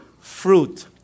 fruit